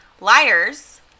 liars